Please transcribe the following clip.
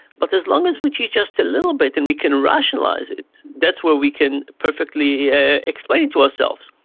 but as long as we cheat just a little bit and we can rationalise it, that's where we can perfectly ah explain to ourselves.